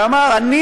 ואמר: אני,